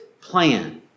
plan